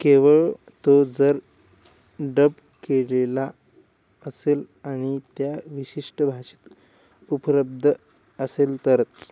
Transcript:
केवळ तो जर डब केलेला असेल आणि त्या विशिष्ट भाषेत उपलब्ध असेल तरच